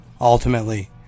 ultimately